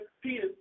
Peter